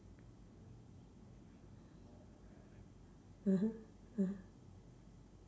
mmhmm mm